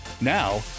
Now